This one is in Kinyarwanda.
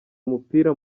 umupira